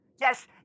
Yes